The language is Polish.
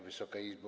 Wysoka Izbo!